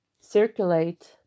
circulate